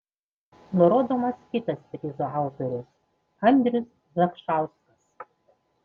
nurodomas kitas prizo autorius andrius zakšauskas